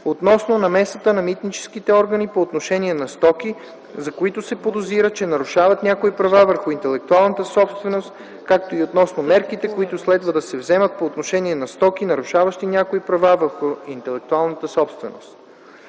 относно намесата на митническите органи по отношение на стоки, за които се подозира, че нарушават някои права върху интелектуалната собственост, както и относно мерките, които следва да се вземат по отношение на стоки, нарушаващи някои права върху интелектуалната собственост.